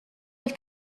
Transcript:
have